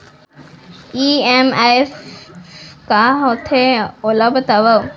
EMI का होथे, ओला बतावव